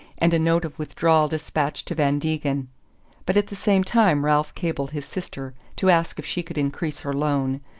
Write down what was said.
and a note of withdrawal despatched to van degen but at the same time ralph cabled his sister to ask if she could increase her loan.